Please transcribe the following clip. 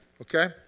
okay